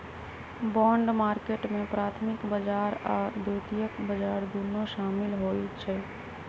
bond market में प्राथमिक बजार आऽ द्वितीयक बजार दुन्नो सामिल होइ छइ